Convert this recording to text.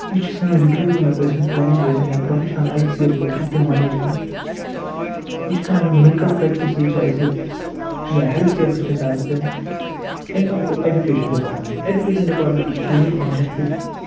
یہِ چھِ سٲنۍ رِکریوٗٹمٮ۪نٛٹ ٲسِن ٹرٛینِنٛگ ٲسِن یا پرٛوفِشنل ہٮ۪لٕتھ کِیٲرٕس ٲسۍتن تِم منیج کَران یہِ چھُ کَران یِم میڈکٕل پرٛیکٹِسِز چھِ اَسہِ یا ہٮ۪لٕتھ کِیر سِٹنٛڈاڈٕس تِم اَمہِ پتہٕ گوٚو اٮ۪جُوٗکیٚشن ڈِپارٹمٮ۪نٛٹ اٮ۪جُوٗکیٚشن ڈِپارٹمٮ۪نٛٹس چھِ یِہَے فنگشن کہِ